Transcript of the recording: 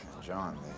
John